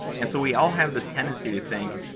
and so we all have this tendency to think,